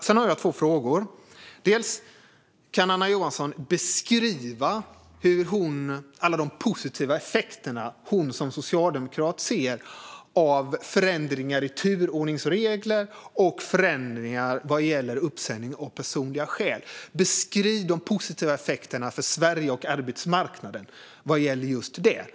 Jag har två frågor. Kan Anna Johansson beskriva alla de positiva effekter hon som socialdemokrat ser av förändringar i turordningsregler och förändringar vad gäller uppsägning av personliga skäl? Beskriv de positiva effekterna för Sverige och arbetsmarknaden vad gäller just det.